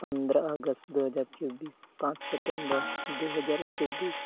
ᱯᱚᱸᱫᱽᱨᱚ ᱟᱜᱚᱥᱴ ᱫᱩ ᱦᱟᱡᱟᱨ ᱪᱚᱵᱽᱵᱤᱥ ᱯᱟᱸᱪ ᱥᱮᱯᱴᱮᱢᱵᱚᱨ ᱫᱩ ᱦᱟᱡᱟᱨ ᱪᱚᱵᱽᱵᱤᱥ